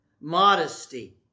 Modesty